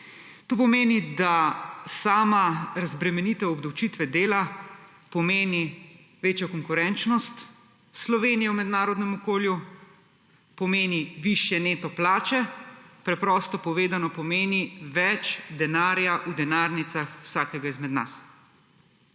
To pomeni, da sama razbremenitev obdavčitve dela pomeni večjo konkurenčnost Slovenije v mednarodnem okolju, pomeni višje neto plače; preprosto povedano, pomeni več denarja v denarnicah vsakega izmed nas.